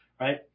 right